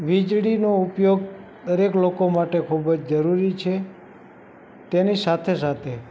વીજળીનો ઉપયોગ દરકે લોકો માટે ખૂબ જ જરૂરી છે તેની સાથે સાથે